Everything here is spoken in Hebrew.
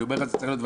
מונעים את זה לאורך